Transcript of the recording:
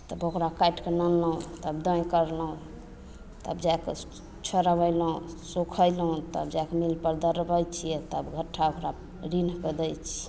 तब ओकरा काटि कऽ आनलहुँ तब दन करलहुँ तब जाकऽ छोड़बेलहुँ सुखेलहुँ तऽ जा कऽ मीलपर दरबय छियै तब झट्टा अकरा रान्हि कऽ दै छियै